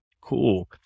Cool